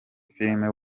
filime